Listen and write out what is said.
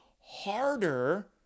harder